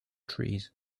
trees